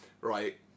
Right